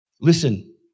Listen